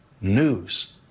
news